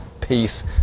peace